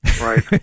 Right